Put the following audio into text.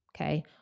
Okay